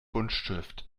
buntstift